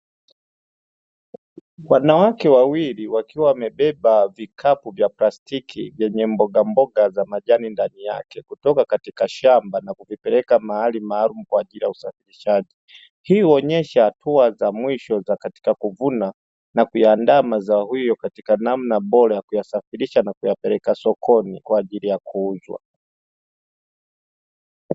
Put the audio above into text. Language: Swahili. Wanawake wawili wakiwa wamebeba vikapu vya plastiki vyenye mbogamboga za majani ndani yake kutoka katika shamba na kuvipeleka mahali maalumu kwa ajili ya usafirishaji. Hii huonyesha hatua za mwisho za katika kuvuna na kuyaanda mazao hayo katika namna bora ya kuyasifirisha na kuyapeleka sokoni kwa ajili ya kuuzwa.